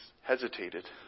hesitated